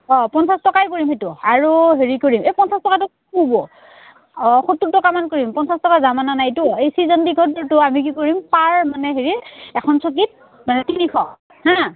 অঁ পঞ্চাছ টকাই কৰিম সেইটো আৰু হেৰি কৰিম এই পঞ্চাছ টকাটোব অঁ সত্তৰ টকামান কৰিম পঞ্চাছ টকা জামানা নাইতো এই চিজন টিকতটো আমি কি কৰিম পাৰ মানে হেৰি এখন চকীত মানে তিনিশ হা